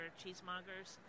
cheesemongers